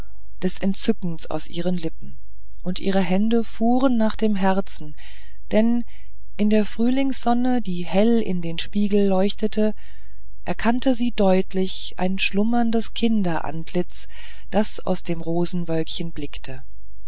des entzückens aus ihren lippen und ihre hände fuhren nach dem herzen denn in der frühlingssonne die hell in den spiegel leuchtete erkannte sie deutlich ein schlummerndes kinderantlitz das aus dem rosenwölkchen blickte